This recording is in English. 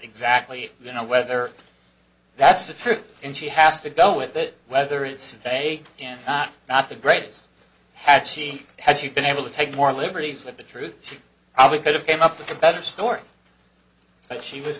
exactly you know whether that's the truth and she has to go with that whether it's vague and not not the greatest had she had she been able to take more liberties with the truth she probably could have came up with a better story but she was